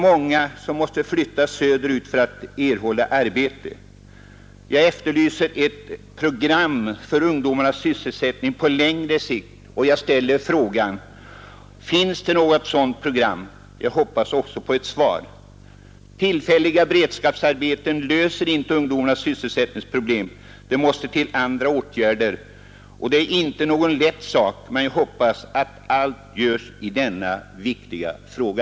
Många av dessa måste flytta söderut för att erhålla arbete. Jag efterlyser ett program för dessa ungdomars sysselsättning på längre sikt. Jag ställer frågan: Finns det något sådant program? Jag hoppas också på ett svar. Tillfälliga beredskapsarbeten löser inte ungdomarnas sysselsättningsproblem utan det måste till andra åtgärder. Det är inte någon lätt uppgift, men jag hoppas att allt görs i denna viktiga fråga.